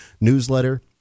newsletter